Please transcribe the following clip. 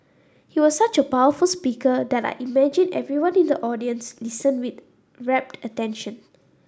he was such a powerful speaker that I imagine everyone in the audience listened with rapt attention